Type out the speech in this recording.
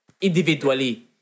individually